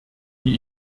die